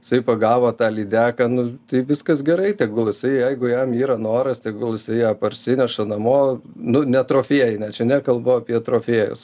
jisai pagavo tą lydeką nu tai viskas gerai tegul jisai jeigu jam yra noras tegul jisai ją parsineša namo nu ne trofėjinę čia nekalbu apie trofėjus